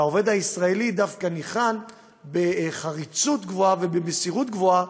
והעובד הישראלי דווקא ניחן בחריצות גבוהה ובמסירות רבה,